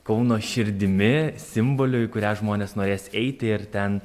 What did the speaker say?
kauno širdimi simboliu į kurią žmonės norės eiti ir ten